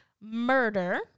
murder